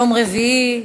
יום רביעי,